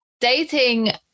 dating